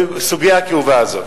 בסוגיה הכאובה הזאת.